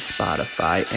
Spotify